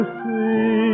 see